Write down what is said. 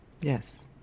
Yes